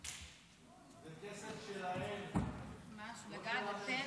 זה כסף שלהם, לא של